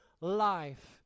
life